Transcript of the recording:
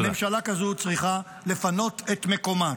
ממשלה כזו צריכה לפנות את מקומה.